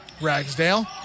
Ragsdale